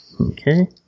Okay